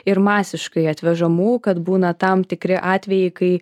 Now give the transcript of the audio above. ir masiškai atvežamų kad būna tam tikri atvejai kai